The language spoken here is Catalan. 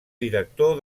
director